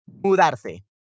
mudarse